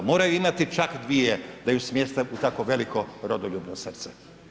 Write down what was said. Moraju imati čak dvije da ju smjeste u tako veliko rodoljubno srce.